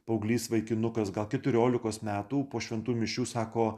paauglys vaikinukas gal keturiolikos metų po šventų mišių sako